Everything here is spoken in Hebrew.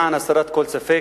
למען הסרת כל ספק,